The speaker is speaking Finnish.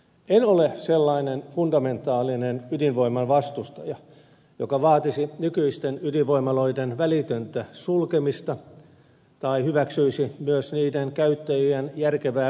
en ole sellainen ydinvoiman fundamentaalinen vastustaja joka vaatisi nykyisten ydinvoimaloiden välitöntä sulkemista tai ei hyväksyisi myös niiden käyttöiän järkevää pidentämistä